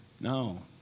No